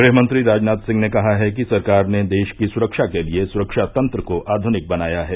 गृहमंत्री राजनाथ सिंह ने कहा है कि सरकार ने देश की सुरक्षा के लिए सुरक्षा तंत्र को आधुनिक बनाया है